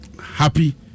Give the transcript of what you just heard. Happy